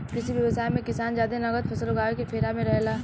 कृषि व्यवसाय मे किसान जादे नगद फसल उगावे के फेरा में रहेला